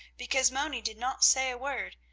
because moni did not say a word,